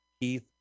Keith